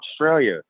Australia